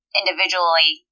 individually